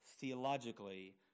Theologically